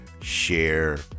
share